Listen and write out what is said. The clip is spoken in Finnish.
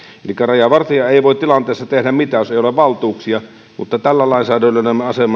elikkä rajavartija ei voi tilanteessa tehdä mitään jos ei ole valtuuksia mutta tällä lainsäädännöllä